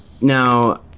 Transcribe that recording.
Now